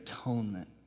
atonement